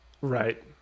Right